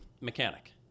mechanic